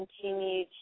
continue